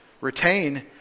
Retain